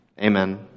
Amen